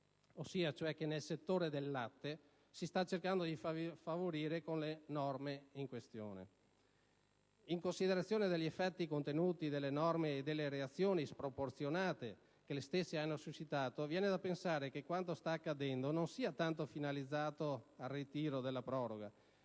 competitività che, nel settore del latte, si sta cercando di favorire con le norme in questione. In considerazione degli effettivi contenuti delle norme e delle reazioni sproporzionate che le stesse hanno suscitato, viene da pensare che quanto sta accadendo non sia tanto finalizzato al ritiro della proroga,